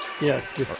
Yes